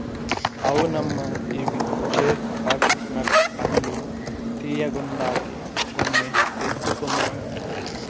అవునమ్మా ఇవి చేట్ పట్ నట్ పండ్లు తీయ్యగుండాయి కొన్ని ఎత్తుకుందాం